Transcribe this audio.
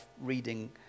reading